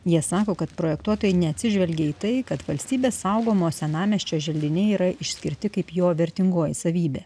jie sako kad projektuotojai neatsižvelgė į tai kad valstybės saugomo senamiesčio želdiniai yra išskirti kaip jo vertingoji savybė